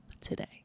today